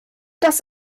das